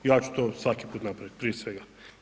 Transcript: Ja ću to svaki put napravit prije svega.